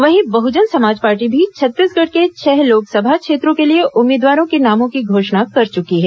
वहीं बहुजन समाज पार्टी भी छत्तीसगढ़ के छह लोकसभा क्षेत्रों के लिए उम्मीदवारों के नामों की घोषणा कर चुकी है